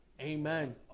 amen